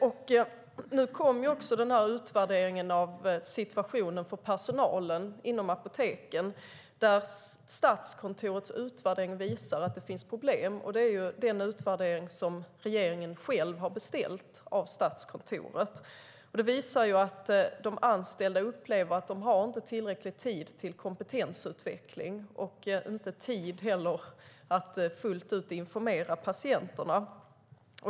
Statskontorets utvärdering av situationen för personalen vid apoteken visar att det finns problem; det är den utvärdering som regeringen beställt av Statskontoret. De anställda upplever att de inte har tillräckligt med tid för kompetensutveckling och inte heller tid till att fullt ut informera patienterna.